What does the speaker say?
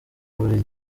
buri